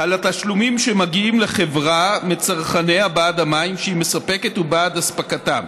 על התשלומים שמגיעים לחברה מצרכניה בעד מים שהיא מספקת ובעד הספקתם".